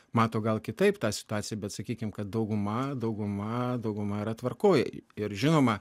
mato gal kitaip tą situaciją bet sakykim kad dauguma dauguma dauguma yra tvarkoj ir žinoma